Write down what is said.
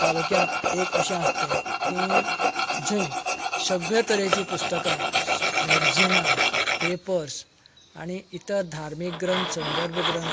तालूक्यांत एक अशें आसचे की जर सगळे तरेची पुस्तकां मॅगझीनां पेपर्स आनी इतर धार्मीक ग्रंथ संधर्भ ग्रंथ